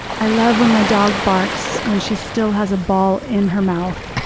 i love when my dog barks when she still has a ball in her mouth.